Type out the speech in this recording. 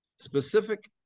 specific